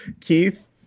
Keith